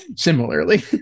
Similarly